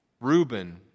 Reuben